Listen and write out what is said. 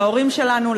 להורים שלנו,